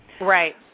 Right